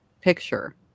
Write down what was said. picture